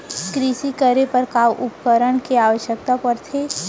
कृषि करे बर का का उपकरण के आवश्यकता परथे?